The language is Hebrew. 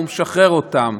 והוא משחרר אותם.